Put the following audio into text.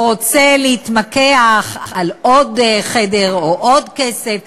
או רוצה להתמקח על עוד חדר או עוד כסף,